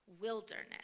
wilderness